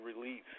Relief